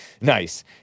Nice